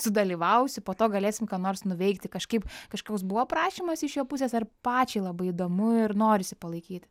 sudalyvausiu po to galėsim ką nors nuveikti kažkaip kažkoks buvo prašymas iš jo pusės ar pačiai labai įdomu ir norisi palaikyti